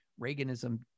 Reaganism